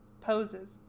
poses